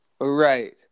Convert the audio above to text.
Right